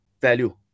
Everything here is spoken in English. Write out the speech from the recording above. value